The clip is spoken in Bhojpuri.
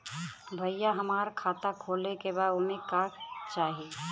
भईया हमार खाता खोले के बा ओमे का चाही?